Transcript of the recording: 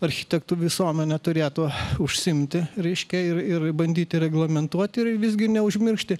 architektų visuomenė turėtų užsiimti reiškia ir ir bandyti reglamentuoti ir visgi neužmiršti